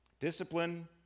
Discipline